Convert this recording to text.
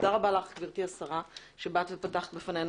תודה רבה לך גברתי השרה שבאת ופתחת בפנינו